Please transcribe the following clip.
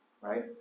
right